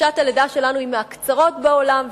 חופשת הלידה שלנו היא מהקצרות בעולם,